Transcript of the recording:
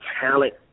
talent